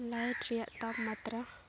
light ᱨᱮᱱᱟᱜ ᱛᱟᱯᱢᱟᱛᱨᱟ